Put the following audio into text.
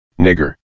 nigger